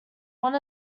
one